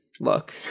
look